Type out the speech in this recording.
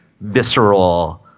visceral